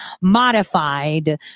modified